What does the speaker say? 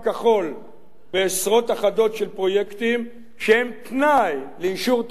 בעשרות אחדות של פרויקטים שהם תנאי לאישור תוכנית בניית עיר,